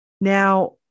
Now